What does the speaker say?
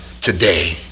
today